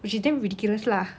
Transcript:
which is damn ridiculous lah